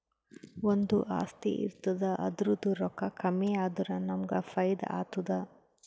ಒಂದು ಆಸ್ತಿ ಇರ್ತುದ್ ಅದುರ್ದೂ ರೊಕ್ಕಾ ಕಮ್ಮಿ ಆದುರ ನಮ್ಮೂಗ್ ಫೈದಾ ಆತ್ತುದ